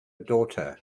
daughter